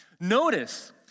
Notice